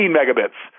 megabits